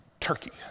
turkey